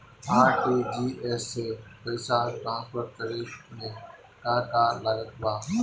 RTGS से पईसा transfer करे मे का का लागत बा?